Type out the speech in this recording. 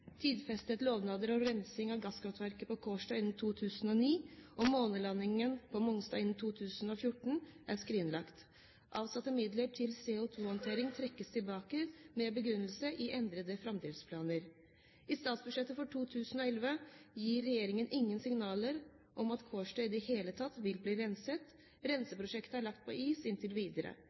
Tidfestede lovnader om rensing av gasskraftverket på Kårstø innen 2009 og månelandingen på Mongstad innen 2014 er skrinlagt. Avsatte midler til CO2-håndtering trekkes tilbake med begrunnelse i endrede framdriftsplaner. I statsbudsjettet for 2011 gir regjeringen ingen signaler om at Kårstø i det hele tatt vil bli renset. Renseprosjektet er lagt på is inntil videre.